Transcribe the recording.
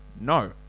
No